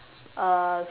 uh